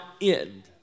end